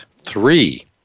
three